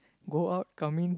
go out come in